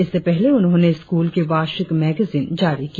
इससे पहले उन्होंने स्क्रल की वार्षिक मेगाजिन जारी की